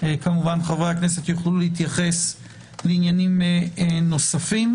כמובן חברי הכנסת יוכלו להתייחס לעניינים נוספים.